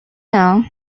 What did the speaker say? know